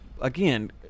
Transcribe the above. Again